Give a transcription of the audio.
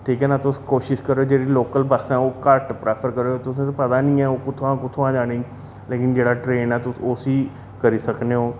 ठीक ऐ न तुस कोशिश करेओ जेह्ड़ी लोकल बस ऐ ओह् घट्ट प्रैफर करेओ तुस ते पता निं ऐ ओह् कुत्थुआं कुथुत्आं जानी लेकिन जेह्ड़ा ट्रेन ऐ तुस उसी करी सकने ओ